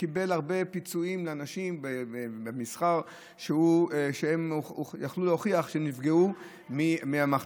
קיבל הרבה פיצויים לאנשים במסחר שיכלו להוכיח שהם נפגעו מהמכת"זית.